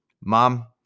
Mom